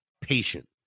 patient